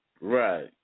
Right